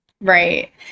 Right